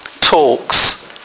talks